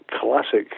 classic